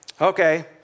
Okay